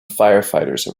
firefighters